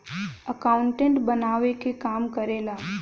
accountant बनावे क काम करेला